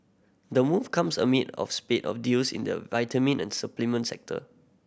the move comes amid of spate of deals in the vitamin and supplement sector